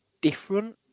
different